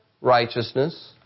righteousness